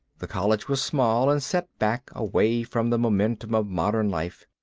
the college was small and set back away from the momentum of modern life.